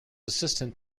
assistant